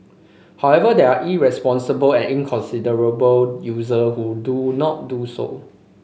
however there are irresponsible and inconsiderable user who do not do so